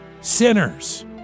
sinners